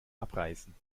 abreißen